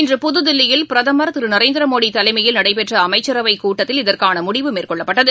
இன்று புதுதில்லியில் பிரதமர் திருநரேந்திரமோடிதலைமையில் நடைபெற்றஅமைச்சரவைக்கூட்டத்தில் இதற்கானமுடிவு மேற்கொள்ளப்பட்டது